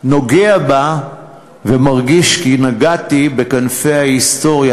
נוגע בה, ומרגיש כי נגעתי בכנפי ההיסטוריה.